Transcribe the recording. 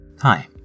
Hi